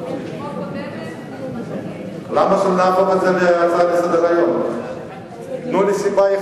תהפוך את זה להצעה לסדר-היום, כמו הקודמת,